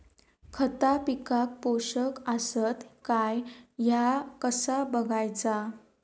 खता पिकाक पोषक आसत काय ह्या कसा बगायचा?